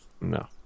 No